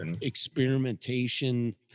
experimentation